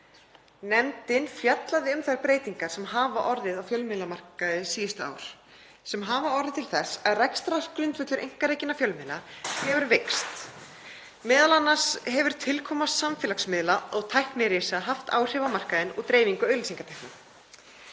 Nefndin fjallaði um þær breytingar sem hafa orðið á fjölmiðlamarkaði síðustu ár sem hafa orðið til þess að rekstrargrundvöllur einkarekinna fjölmiðla hefur veikst. Meðal annars hefur tilkoma samfélagsmiðla og tæknirisa haft áhrif á markaðinn og dreifingu auglýsingatekna.